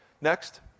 Next